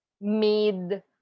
made